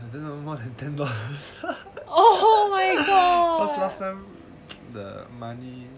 I don't know more than ten dollars cause last time the money